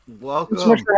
Welcome